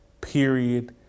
Period